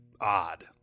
odd